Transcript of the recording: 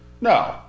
no